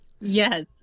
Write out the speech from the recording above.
Yes